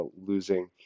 losing